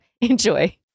Enjoy